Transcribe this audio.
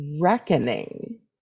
reckoning